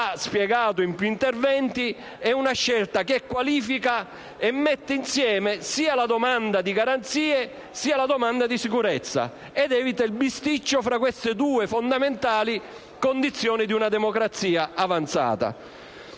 spiegato in diversi interventi qualifica e mette insieme sia la domanda di garanzie sia la richiesta di sicurezza ed evita il bisticcio tra queste due fondamentali condizioni di una democrazia avanzata.